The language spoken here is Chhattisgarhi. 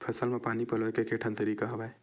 फसल म पानी पलोय के केठन तरीका हवय?